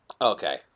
Okay